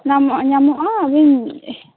ᱧᱟᱢᱚᱜᱼᱟ ᱧᱟᱢᱚᱜᱼᱟ ᱟᱵᱤᱱ